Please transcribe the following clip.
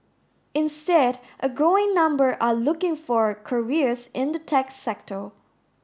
instead a growing number are looking for careers in the tech sector